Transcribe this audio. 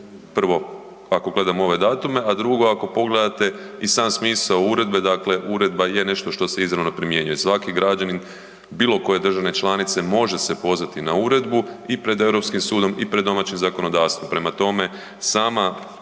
prvo ako gledamo ove datume, a drugo ako pogledate i sam smisao uredbe, dakle uredba je nešto se izravno primjenjuje. Svaki građanin bilo koje države članice može se pozvati na uredbu i pred Europskim sudom i pred domaćim zakonodavstvom. Prema tome, sama